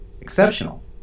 exceptional